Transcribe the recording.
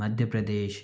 Madhya Pradesh